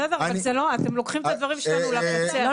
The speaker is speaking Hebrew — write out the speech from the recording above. בסדר, אבל זה לא, אתם לוקחים את הדברים שלנו לקצה.